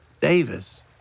Davis